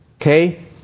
Okay